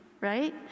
right